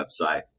website